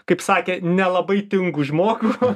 kaip sakė nelabai tingų žmogų